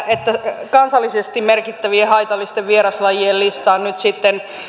että kansallisesti merkittävien haitallisten vieraslajien listaan nyt sitten